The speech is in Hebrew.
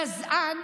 גזען,